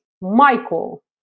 Michael